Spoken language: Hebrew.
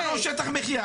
תנו לנו שטח מחיה.